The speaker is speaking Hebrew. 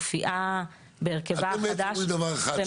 ומופיעה בהרכבה החדש במשק המדינה --- אתם בעצם אומרים דבר אחד,